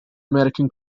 american